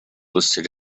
listed